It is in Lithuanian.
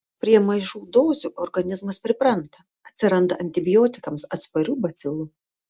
prie mažų dozių organizmas pripranta atsiranda antibiotikams atsparių bacilų